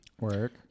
Work